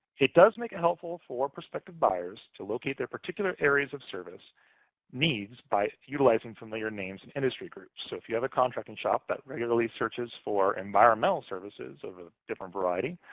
it does make it helpful for prospective buyers to locate their particular areas of service needs by utilizing familiar names and industry groups. so if you have a contracting shop that regularly searches for environmental services of a different variety,